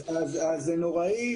זה נורא.